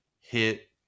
hit